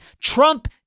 Trump